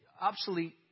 obsolete